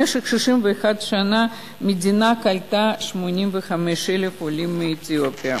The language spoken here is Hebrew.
במשך 61 שנה המדינה קלטה 85,000 עולים מאתיופיה.